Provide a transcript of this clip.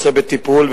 בטיפול,